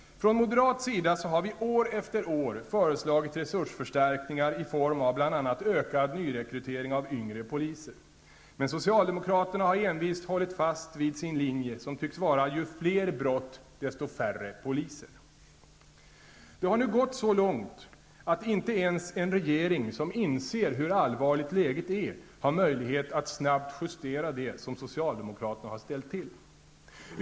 Från moderat sida har vi år efter år föreslagit resursförstärkningar i form av bl.a. ökad nyrekrytering av yngre poliser. Men socialdemokraterna har envist hållit fast vid sin linje, som tycks vara ''ju fler brott desto färre poliser''. Det har nu gått så långt att inte ens en regering som inser hur allvarligt läget är har möjlighet att snabbt justera det som socialdemokraterna har ställt till.